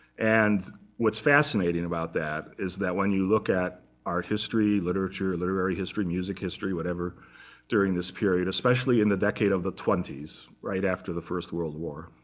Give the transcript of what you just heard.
and what's fascinating about that is that when you look at art history, literature, literary history, music history, whatever during this period, especially in the decade of the twenty s, right after the first world war